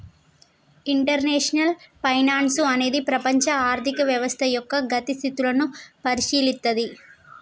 international finance అనేది ప్రపంచ ఆర్థిక వ్యవస్థ యొక్క గతి స్థితులను పరిశీలిత్తది